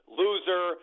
loser